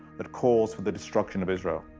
that calls for the destruction of israel.